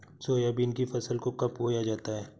Soybean की फसल को कब बोया जाता है?